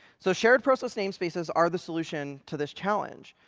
so shared process namespaces are the solution to this challenge.